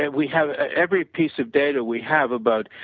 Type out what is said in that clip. and we have every piece of data we have about